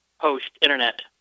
post-internet